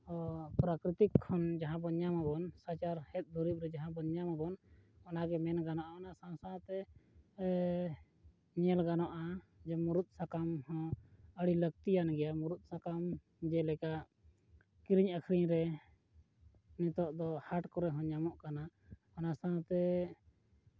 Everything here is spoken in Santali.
ᱯᱨᱟᱠᱨᱤᱛᱤᱠ ᱠᱷᱚᱱ ᱡᱟᱦᱟᱸ ᱵᱚᱱ ᱧᱟᱢ ᱟᱵᱚᱱ ᱥᱟᱪᱟᱨᱦᱮᱫ ᱫᱩᱨᱤᱵ ᱨᱮ ᱡᱟᱦᱟᱸ ᱵᱚᱱ ᱧᱟᱢᱟᱵᱚᱱ ᱚᱱᱟ ᱜᱮ ᱢᱮᱱ ᱜᱟᱱᱚᱜᱼᱟ ᱚᱱᱟ ᱥᱟᱶ ᱥᱟᱶ ᱛᱮ ᱢᱮᱱ ᱜᱟᱱᱚᱜᱼᱟ ᱡᱮ ᱢᱩᱨᱩᱫ ᱥᱟᱠᱟᱢ ᱦᱚᱸ ᱟᱹᱰᱤ ᱞᱟᱹᱠᱛᱤᱭᱟᱱ ᱜᱮᱭᱟ ᱢᱩᱨᱩᱫ ᱥᱟᱠᱟᱢ ᱡᱮᱞᱮᱠᱟ ᱠᱤᱨᱤᱧ ᱟᱹᱠᱷᱨᱤᱧ ᱨᱮ ᱱᱤᱛᱚᱜ ᱫᱚ ᱦᱟᱴ ᱠᱚᱨᱮᱫ ᱦᱚᱸ ᱧᱟᱢᱚᱜ ᱠᱟᱱᱟ ᱚᱱᱟ ᱥᱟᱶᱛᱮ